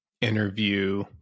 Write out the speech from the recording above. interview